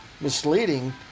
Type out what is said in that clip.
misleading